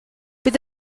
bydd